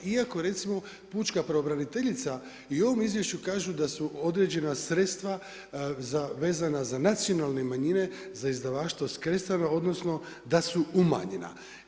Iako recimo, pučka pravobraniteljica i u ovome izvješću kažu da su određena sredstva vezana za nacionalne manjine za izdavaštvo skresana, odnosno da su manjena.